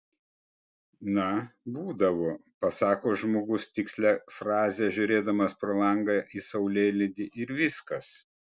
na būdavo pasako žmogus tikslią frazę žiūrėdamas pro langą į saulėlydį ir viskas